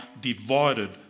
divided